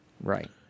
right